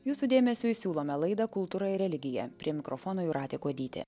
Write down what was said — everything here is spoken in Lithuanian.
jūsų dėmesiui siūlome laidą kultūra ir religija prie mikrofono jūratė kuodytė